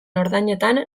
ordainetan